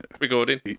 recording